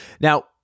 Now